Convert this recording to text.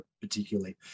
particularly